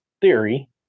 Theory